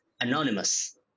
Anonymous